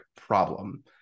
problem